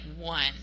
one